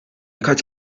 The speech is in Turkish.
kaç